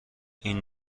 این